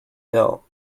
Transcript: fell